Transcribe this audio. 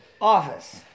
Office